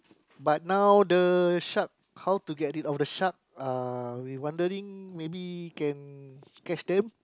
but now the shark how to get rid of the shark uh we wondering maybe can catch them